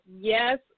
Yes